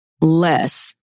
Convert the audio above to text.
less